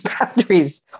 boundaries